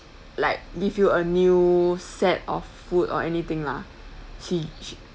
like give you a new set of food or anything lah she she